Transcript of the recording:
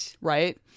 Right